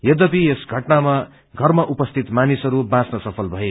यध्यपि यस घटनामा घरमा उपस्थित मानिसहरू बाच्न सुल भए